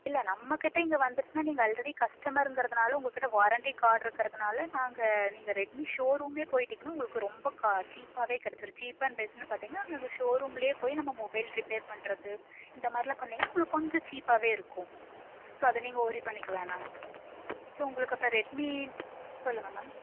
இல்லை நம்மக்கிட்ட இங்கே வந்துருச்சுனால் நீங்கள் ஆல்ரெடி கஸ்டமருங்கறதினால உங்கக்கிட்ட வாரண்ட்டி கார்ட்ருக்கிறதுனால நாங்கள் நீங்கள் ரெட்மி ஷோரூம்மே போயிட்டீங்கன்னால் உங்களுக்கு ரொம்ப கா சீப்பாவே கிடச்சிரும் சீப் அண்ட் பெஸ்ட்ன்னு பார்த்தீங்கனா அது அந்த ஷோரூமில் போய் நம்ம மொபைல் ரிப்பேர் பண்ணுறது இந்த மாதிரிலாம் பண்ணீங்கனால் உங்களுக்கு கொஞ்சம் சீப்பாகவே இருக்கும் ஸோ அதை நீங்கள் ஒரி பண்ணிக்க வேணாம் ஸோ உங்களுக்கு அப்போ ரெட்மி சொல்லுங்க மேம்